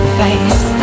face